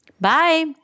Bye